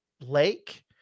lake